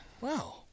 Wow